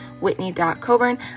Whitney.Coburn